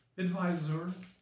Advisor